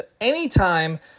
anytime